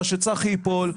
אז שצחי ייפול,